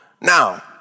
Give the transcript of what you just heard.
now